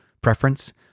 preference